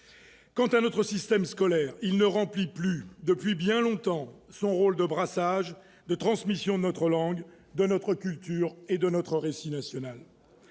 Quant à notre système scolaire, il ne remplit plus, depuis bien longtemps, son rôle de brassage, de transmission de notre langue, de notre culture et de notre récit national.